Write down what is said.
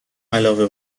علاوه